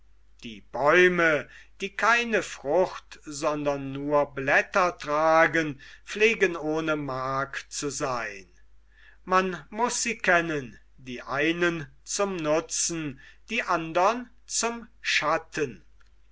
die bäume die keine frucht sondern nur blätter tragen pflegen ohne mark zu seyn man muß sie kennen die einen zum nutzen die andern zum schatten